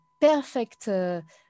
perfect